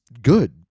good